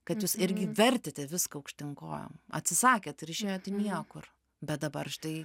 kad jūs irgi vertėte viską aukštyn kojom atsisakėt ir išėjot į niekur bet dabar štai